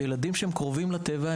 וילדים שקרובים לטבע,